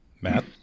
Matt